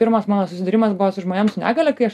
pirmas mano susidūrimas buvo su žmonėm su negalia kai aš